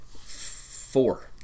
Four